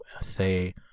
say